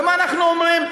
ומה אנחנו אומרים?